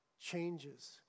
changes